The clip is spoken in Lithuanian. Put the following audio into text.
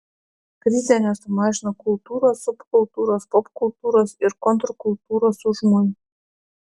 krizė nesumažino kultūros subkultūros popkultūros ir kontrkultūros užmojų